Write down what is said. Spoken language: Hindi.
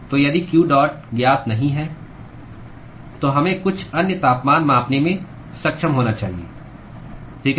तो यदि q डॉट ज्ञात नहीं है तो हमें कुछ अन्य तापमान मापने में सक्षम होना चाहिए ठीक है